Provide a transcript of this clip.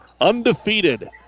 Undefeated